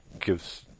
gives